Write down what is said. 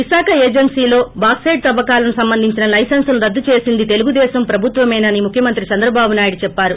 విశాఖ ఏజెన్సీలో బాక్సెట్ తవ్వకాలను సంబంధించిన లైసెన్సులు రద్దు చేసింది తెలుగు దేశం ప్రభుత్వమేనని ముఖ్యమంత్రి చంద్రబాబు నాయుడు చెప్పారు